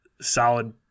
solid